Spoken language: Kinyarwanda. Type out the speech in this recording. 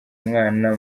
umwana